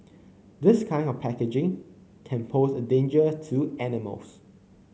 this kind of packaging can pose a danger to animals